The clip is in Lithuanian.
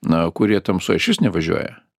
na kurie tamsoj išvis nevažiuoja